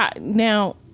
Now